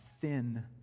thin